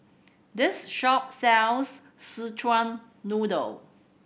this shop sells Szechuan Noodle